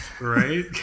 Right